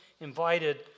invited